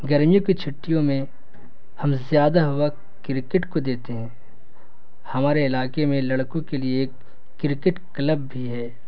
گرمیوں کی چھٹیوں میں ہم زیادہ وقت کرکٹ کو دیتے ہیں ہمارے علاقے میں لڑکوں کے لیے ایک کرکٹ کلب بھی ہے